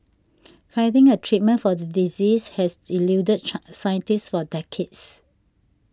finding a treatment for the disease has eluded trans scientists for decades